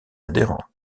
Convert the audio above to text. adhérentes